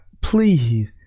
please